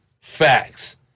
Facts